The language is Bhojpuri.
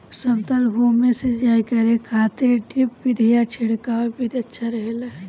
समतल भूमि में सिंचाई करे खातिर ड्रिप विधि या छिड़काव विधि अच्छा रहेला?